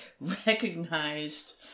recognized